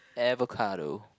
avocado